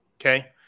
Okay